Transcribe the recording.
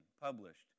published